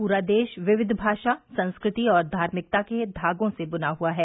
पूरा देश विविध भाषा संस्कृति और धार्मिकता के धागों से ब्ना हआ है